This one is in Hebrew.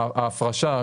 ההפרשה,